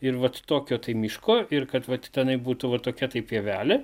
ir vat tokio tai miško ir kad vat tenai būtų va tokia tai pievelė